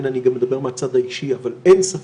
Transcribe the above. חלק מהפערים הם סוציו-דמוגרפיים,